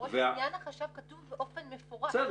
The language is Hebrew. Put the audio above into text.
למרות שבעניין החשב כתוב באופן מפורש --- בסדר.